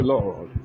Lord